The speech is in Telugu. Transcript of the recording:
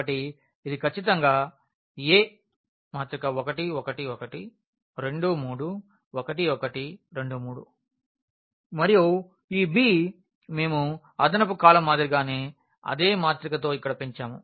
కాబట్టి ఇది ఖచ్చితంగా A 1 1 1 2 3 1 1 2 3 మరియు ఈ B మేము అదనపు కాలమ్ మాదిరిగానే అదే మాత్రికతో ఇక్కడ పెంచాము